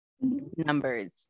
numbers